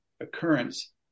occurrence